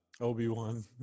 Obi-Wan